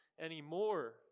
anymore